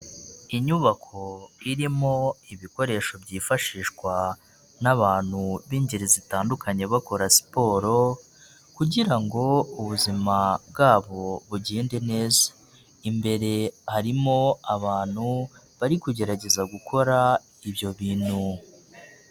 Inyubako irimo ibikoresho byifashishwa n'abantu b'ingeri zitandukanye bakora siporo, kugira ngo ubuzima bwabo bugende neza, imbere harimo abantu bari kugerageza gukora ibyo bintu.